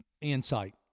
insight